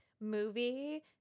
movie